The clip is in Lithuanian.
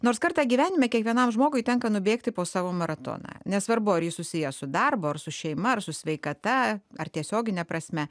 nors kartą gyvenime kiekvienam žmogui tenka nubėgti po savo maratoną nesvarbu ar jis susijęs su darbu ar su šeima ar su sveikata ar tiesiogine prasme